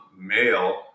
male